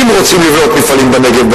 אם רוצים לבנות מפעלים בנגב,